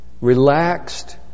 relaxed